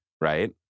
right